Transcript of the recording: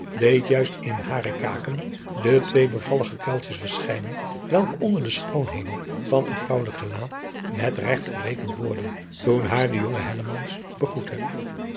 deed juist in hare kaken de twee bevallige kuiltjes verschijnen welke onder de schoonheden van een vrouwelijk gelaat met regt gerekend worden toen haar de jonge hellemans begroette